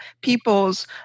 people's